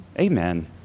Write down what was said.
amen